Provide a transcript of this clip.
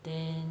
then